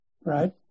right